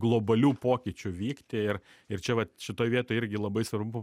globalių pokyčių vykti ir ir čia vat šitoj vietoj irgi labai svarbu